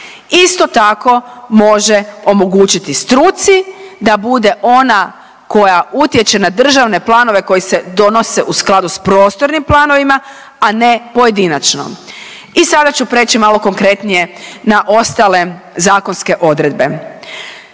Isto tako može omogućiti struci da bude ona koja utječe na državne planove koji se donose u skladu s prostornim planovima, a ne pojedinačno. I sada ću preći malo konkretnije na ostale zakonske odredbe.